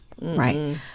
Right